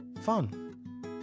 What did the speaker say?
Fun